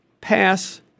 pass